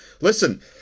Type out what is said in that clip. listen